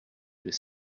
les